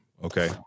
Okay